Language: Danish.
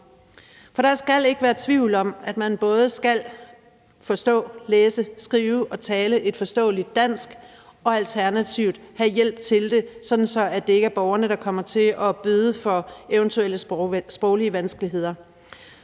For der skal ikke være tvivl om, at man både skal forstå, læse, skrive og tale et forståeligt dansk og alternativt have hjælp til det, sådan at det ikke er borgerne, der kommer til at bøde for eventuelle sproglige vanskeligheder.